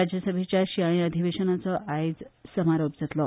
राज्यसभेच्या शिंयाळी अधिवेशनाचो आयज समारोप जातलो